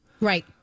Right